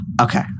Okay